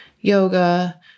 yoga